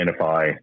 identify